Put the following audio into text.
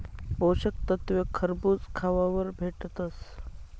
पोषक तत्वे खरबूज खावावर भेटतस